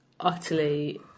utterly